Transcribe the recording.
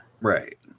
Right